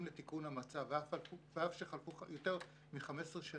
לתיקון המצב ואף שחלפו יותר מ-15 שנים,